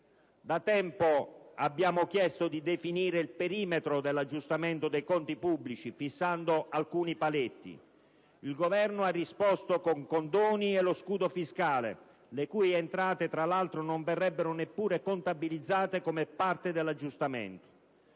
Da tempo abbiamo chiesto di definire il perimetro dell'aggiustamento dei conti pubblici fissando alcuni paletti. Il Governo ha risposto con condoni e con lo scudo fiscale, le cui entrate tra l'altro non verrebbero neppure contabilizzate come parte dell'aggiustamento.